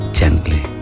gently